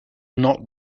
not